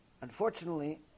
Unfortunately